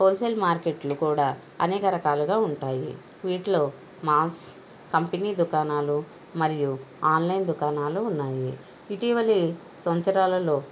whole sale మార్కెట్లు కూడా అనేక రకాలుగా ఉంటాయి వీటిలో మాల్స్ కంపెనీ దుకాణాలు మరియు ఆన్లైన్ దుకాణాలు ఉన్నాయి ఇటీవలి సంవత్సరాలలో